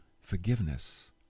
forgiveness